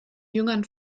jüngern